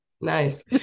Nice